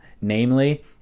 namely